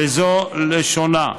וזו לשונה: